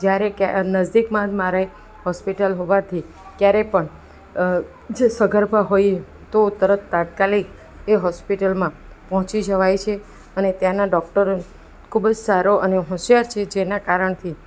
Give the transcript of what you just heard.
જ્યારે કે નજદીકમાં મારે હોવાથી ક્યારેય પણ જો સગર્ભા હોઈએ તો તરત તાત્કાલિક એ હોસ્પિટલમાં પહોંચી જવાય છે અને ત્યાંના ડૉક્ટરો ખૂબ જ સારો અને હોંશિયાર છે જેના કારણથી